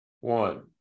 one